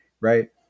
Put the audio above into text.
Right